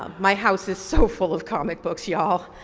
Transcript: um my house is so full of comic books ya'll.